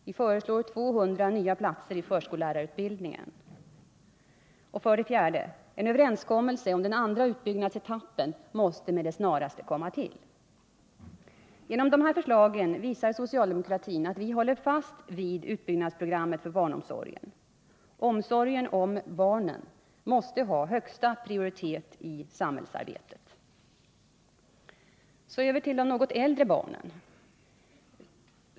Vi föreslår 200 nya 4. En överenskommelse om den andra utbyggnadsetappen måste med det snaraste komma till. Genom dessa förslag visar socialdemokratin att vi håller fast vid utbyggnadsprogrammet för barnomsorgen. Omsorgen om barnen måste ha högsta prioritet i samhällsarbetet. Så över till de något äldre barnen.